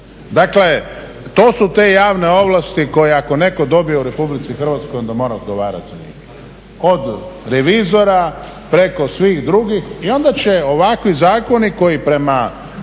Dakle, to su te javne ovlasti koje ako netko dobije u RH onda mora odgovarati za njih, od revizora, preko svih drugih. I onda će ovakvi zakoni koji prema